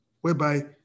whereby